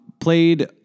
played